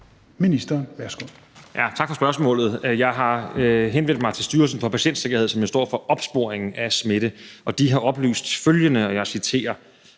(Magnus Heunicke): Tak for spørgsmålet. Jeg har henvendt mig til Styrelsen for Patientsikkerhed, som jo står for opsporingen af smitte, og de har oplyst følgende, og jeg citerer: